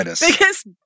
Biggest